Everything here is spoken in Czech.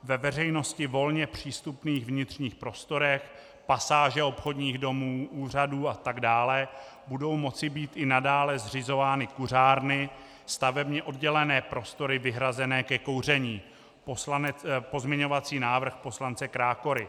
Ve veřejnosti volně přístupných vnitřních prostorech, pasáže obchodních domů, úřadů atd., budou moci být i nadále zřizovány kuřárny, stavebně oddělené prostory vyhrazené ke kouření pozměňovací návrh poslance Krákory.